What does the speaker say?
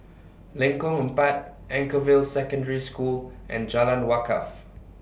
Lengkong Empat Anchorvale Secondary School and Jalan Wakaff